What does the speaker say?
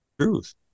truth